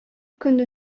көн